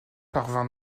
parvinrent